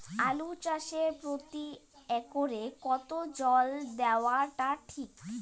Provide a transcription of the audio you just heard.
আলু চাষে প্রতি একরে কতো জল দেওয়া টা ঠিক?